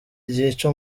ryica